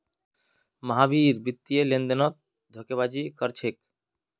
महावीर वित्तीय लेनदेनत धोखेबाजी कर छेक